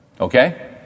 okay